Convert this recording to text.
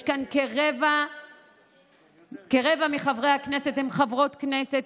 יש כאן כרבע מחברי הכנסת שהם חברות כנסת,